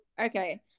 okay